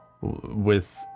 with-